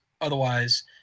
otherwise